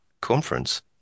conference